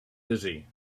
dizzy